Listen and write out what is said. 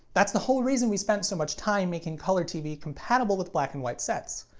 that's the whole reason we spent so much time making color tv compatible with black and white sets.